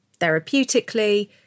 therapeutically